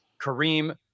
Kareem